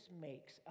makes